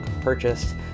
purchased